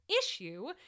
issue